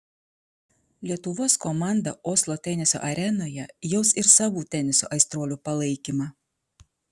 lietuvos komandą oslo teniso arenoje jaus ir savų teniso aistruolių palaikymą